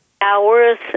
hours